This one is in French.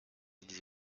îles